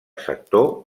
sector